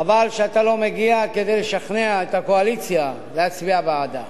חבל שאתה לא מגיע כדי לשכנע את הקואליציה להצביע בעדה.